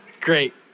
Great